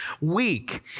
weak